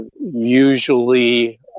Usually